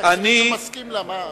תשמע מה תשובתו.